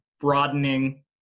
broadening